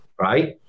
right